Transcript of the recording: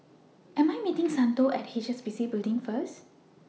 I Am meeting Santo At HSBC Building First